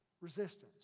resistance